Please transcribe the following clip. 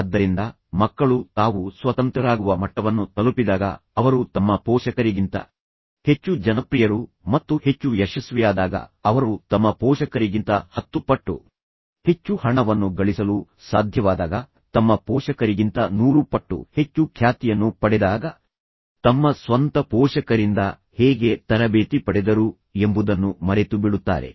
ಆದ್ದರಿಂದ ಮಕ್ಕಳು ತಾವು ಸ್ವತಂತ್ರರಾಗುವ ಮಟ್ಟವನ್ನು ತಲುಪಿದಾಗ ಅವರು ತಮ್ಮ ಪೋಷಕರಿಗಿಂತ ಹೆಚ್ಚು ಜನಪ್ರಿಯರು ಮತ್ತು ಹೆಚ್ಚು ಯಶಸ್ವಿಯಾದಾಗ ಅವರು ತಮ್ಮ ಪೋಷಕರಿಗಿಂತ ಹತ್ತು ಪಟ್ಟು ಹೆಚ್ಚು ಹಣವನ್ನು ಗಳಿಸಲು ಸಾಧ್ಯವಾದಾಗ ತಮ್ಮ ಪೋಷಕರಿಗಿಂತ ನೂರು ಪಟ್ಟು ಹೆಚ್ಚು ಖ್ಯಾತಿಯನ್ನು ಪಡೆದಾಗ ತಮ್ಮ ಸ್ವಂತ ಪೋಷಕರಿಂದ ಹೇಗೆ ತರಬೇತಿ ಪಡೆದರು ಎಂಬುದನ್ನು ಮರೆತುಬಿಡುತ್ತಾರೆ